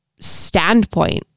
standpoint